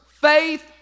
faith